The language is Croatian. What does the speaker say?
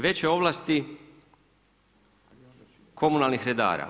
Veće ovlasti komunalnih redara.